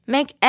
Make